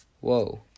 Whoa